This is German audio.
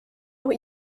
auch